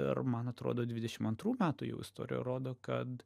ir man atrodo dvidešim antrų metų jau istorija rodo kad